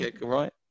right